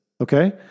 Okay